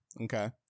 Okay